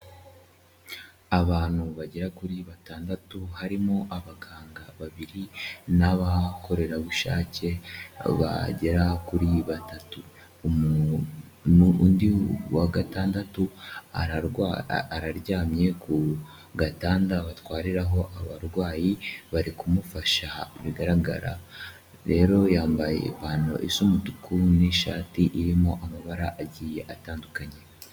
Abantu bagera kuri batandatu harimo abaganga babiri n'abakorera bushake bagera kuri batatu. Undi muntu wa gatandatu araryamye ku gatanda batwariraho abarwayi bari kumufasha bigaragara. Rero yambaye ipantaro isa umutuku n'ishati irimo amabara agiye atandukanye.